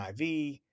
IV